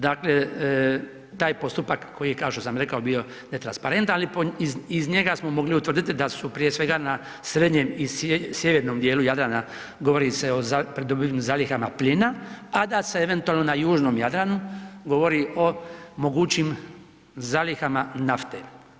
Dakle, taj postupak koji je kao što sam rekao bio netransparentan, ali iz njega smo mogli utvrditi da su prije svega na srednjem i sjevernom dijelu Jadrana govori se o … zalihama plina, a da se eventualno na južnom Jadranu govori o mogućim zalihama nafte.